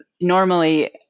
normally